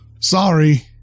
Sorry